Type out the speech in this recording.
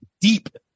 deep